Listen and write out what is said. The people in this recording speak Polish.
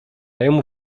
jemu